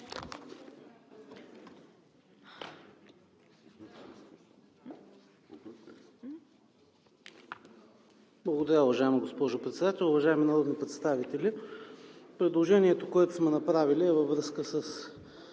Благодаря, уважаема госпожо Председател. Уважаеми народни представители, предложението, което сме направили, е във връзка с